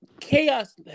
chaos